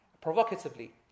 Provocatively